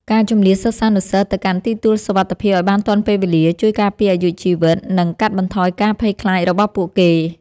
ការជម្លៀសសិស្សានុសិស្សទៅកាន់ទីទួលសុវត្ថិភាពឱ្យបានទាន់ពេលវេលា ជួយការពារអាយុជីវិត និង កាត់បន្ថយការភ័យខ្លាចរបស់ពួកគេ។